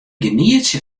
genietsje